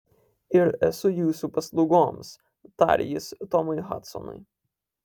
ir esu jūsų paslaugoms tarė jis tomui hadsonui